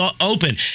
open